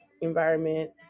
environment